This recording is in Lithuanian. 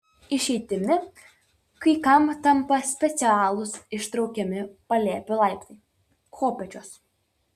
išeitimi kai kam tampa specialūs ištraukiami palėpių laiptai kopėčios